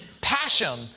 passion